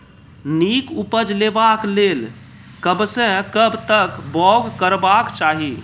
नीक उपज लेवाक लेल कबसअ कब तक बौग करबाक चाही?